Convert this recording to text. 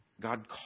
God